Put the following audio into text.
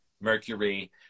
mercury